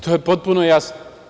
To je potpuno jasno.